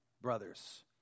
Brothers